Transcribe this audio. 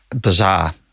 bizarre